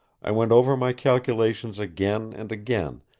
i went over my calculations again and again,